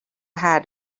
had